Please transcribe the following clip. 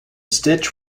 stitch